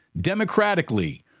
democratically